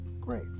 great